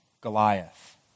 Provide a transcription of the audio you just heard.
Goliath